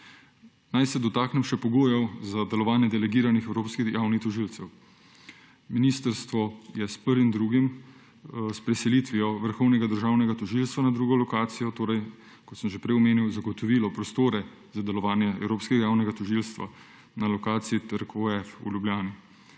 Naj se dotaknem še pogojev za delovanje delegiranih evropskih javnih tožilcev. Ministrstvo je s 1. 2. s preselitvijo Vrhovnega državnega tožilstva na drugo lokacijo, kot sem že prej omenil, zagotovilo prostore za delovanje Evropskega javnega tožilstva na lokaciji Trg OF v Ljubljani.